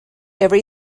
every